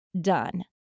done